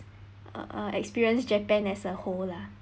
uh uh experience japan as a whole lah